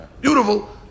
Beautiful